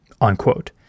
Unquote